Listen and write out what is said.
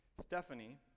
stephanie